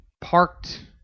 parked